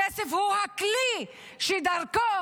הכסף הוא הכלי שדרכו